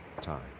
time